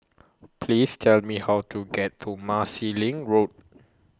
Please Tell Me How to get to Marsiling Road